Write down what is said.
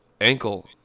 Ankle